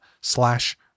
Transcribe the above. slash